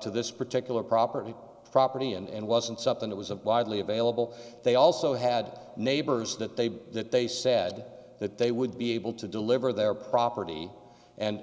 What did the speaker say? to this particular property property and wasn't something that was a widely available they also had neighbors that they that they said that they would be able to deliver their property and